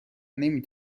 نمی